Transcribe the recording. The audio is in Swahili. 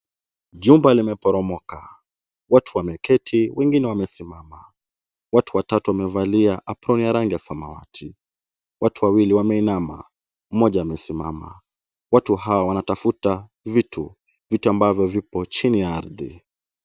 Jumba limeporomoka. Watu wameketi, wengine wamesimama. Watu watatu wamevalia aproni ya rangi ya samawati, watu wawili wameinama, mmoja amesimama. Watu wanatafuta vitu, vitu ambavyo vipo chini ya ardhi.